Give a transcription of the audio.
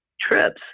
trips